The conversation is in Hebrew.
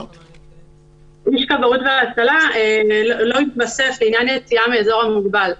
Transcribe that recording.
איש כבאות והצלה לא התווסף לעניין היציאה מהאזור המוגבל,